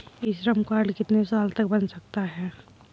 ई Shram card कितने साल तक बन सकता है?